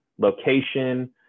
location